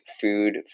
food